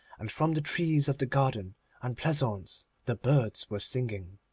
and from the trees of the garden and pleasaunce the birds were singing.